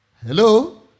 Hello